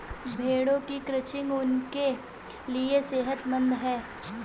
भेड़ों की क्रचिंग उनके लिए सेहतमंद है